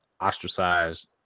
ostracized